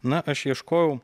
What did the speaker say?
na aš ieškojau